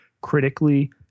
critically